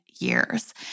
years